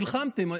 נלחמתם,